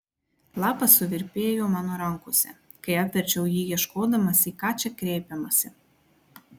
lapas suvirpėjo mano rankose kai apverčiau jį ieškodamas į ką čia kreipiamasi